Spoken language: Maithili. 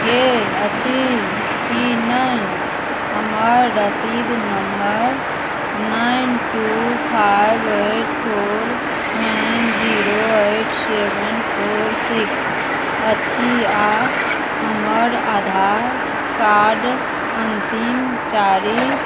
गेल अछि कि नहि हमर रसीद number nine two five eight four nine zero eight seven four six अछि आओर हमर आधार कार्ड अन्तिम चारि